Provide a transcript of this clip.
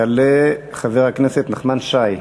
יעלה חבר הכנסת נחמן שי.